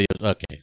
Okay